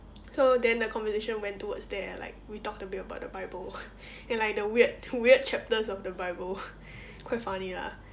so then the conversation went towards there like we talked a bit about the bible and like the weird weird chapters of the bible quite funny lah